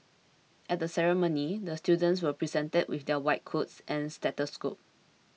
at the ceremony the students were presented with their white coats and stethoscopes